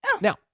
Now